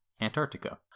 Antarctica